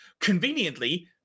Conveniently